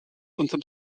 unterm